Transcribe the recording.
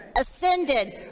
ascended